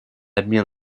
обмен